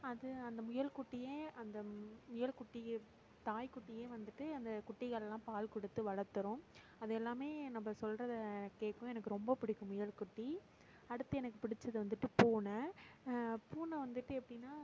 அது அந்த முயல் குட்டியே அந்த முயல் குட்டியை தாய் குட்டியே வந்துட்டு அந்த குட்டிகளெலாம் பால் கொடுத்து வளத்துடும் அது எல்லாமே நம்ப சொல்வத கேட்கும் எனக்கு ரொம்ப பிடிக்கும் முயல் குட்டி அடுத்து எனக்கு பிடிச்சது வந்துட்டு பூனை பூனை வந்துட்டு எப்படின்னா